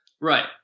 Right